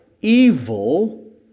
evil